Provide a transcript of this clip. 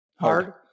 Hard